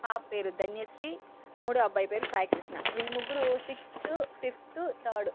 పాప పేరు ధన్య శ్రీ మూడో అబ్బాయి పేరు సాయి క్రిష్ణ వీళ్ళు ముగ్గురు సిక్స్తు ఫిఫ్తు థర్డ్